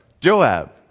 Joab